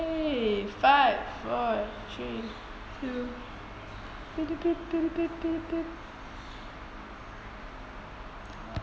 !hey! five four three two